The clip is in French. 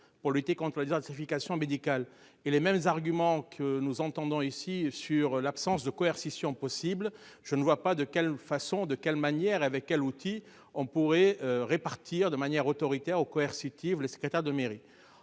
pour lutter contre la désertification médicale et les mêmes arguments que nous entendons ici sur l'absence de coercition possible. Je ne vois pas de quelle façon. De quelle manière, avec quels outils on pourrait répartir de manière autoritaire au coercitives secrétaire de mairie.